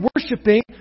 worshipping